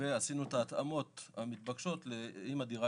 ועשינו את ההתאמות המתבקשות אם הדירה